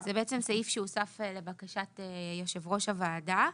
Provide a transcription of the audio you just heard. זה סעיף שהוסף לבקשת יושב ראש העבודה,